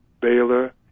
Baylor